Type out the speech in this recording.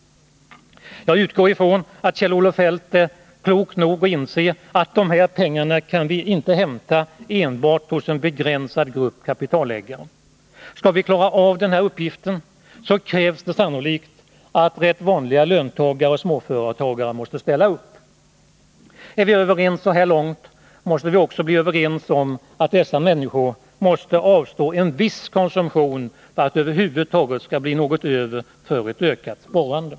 Jag utgår ifrån att Kjell-Olof Feldt är klok nog att inse att vi inte kan hämta de här pengarna enbart hos en begränsad grupp kapitalägare. Skall vi klara uppgiften krävs det sannolikt att rätt vanliga löntagare och småföretagare ställer upp. Är vi överens så här långt måste vi också bli överens om att dessa människor måste avstå en viss konsumtion för att det över huvud taget skall bli något över för ett ökat sparande.